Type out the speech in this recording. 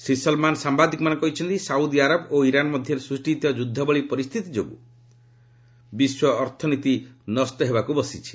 Shri Salman ସାମ୍ଭାଦିକମାନଙ୍କୁ କହିଛନ୍ତି Saudi Arab ଓ ଇରାନ୍ ମଧ୍ୟରେ ସୃଷ୍ଟି ହୋଇଥିବା ଯୁଦ୍ଧ ଭଳି ପରିସ୍ଥିତି ଯୋଗୁଁ ବିଶ୍ୱ ଅର୍ଥନୀତି ନଷ୍ଟ ହୋଇଯିବ